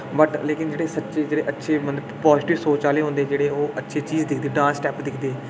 बट्ट लेकिन जेहड़े सच्चे जेह्ड़े अच्छे मतलब पाजीटिब सोच आह्ले होंदे जेह्ड़े ओह् ओह् अच्छी चीज दिखदे डांस स्टैप दिखदे